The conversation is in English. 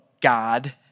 God